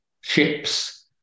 ships